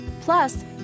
Plus